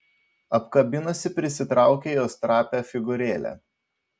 apkabinusi prisitraukė jos trapią figūrėlę